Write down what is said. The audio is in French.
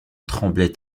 tremblait